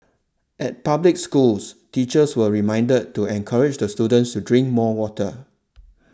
at public schools teachers were reminded to encourage the students to drink more water